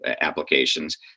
applications